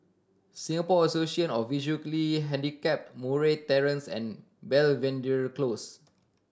Singapore Association of Visually Handicapped Murray Terrace and Belvedere Close